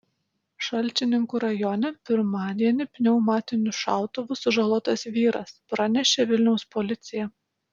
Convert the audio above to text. šalčininkų rajone pirmadienį pneumatiniu šautuvu sužalotas vyras pranešė vilniaus policija